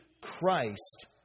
Christ